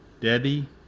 Debbie